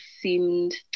seemed